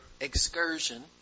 excursion